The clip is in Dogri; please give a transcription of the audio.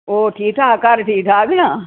होर ठीक ठाक घर ठीक ठाक नां